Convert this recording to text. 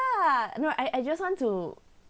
yeah no I I just want to